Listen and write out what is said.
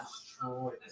Destroyed